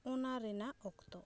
ᱚᱱᱟ ᱨᱮᱱᱟᱜ ᱚᱠᱛᱚ